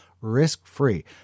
risk-free